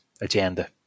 agenda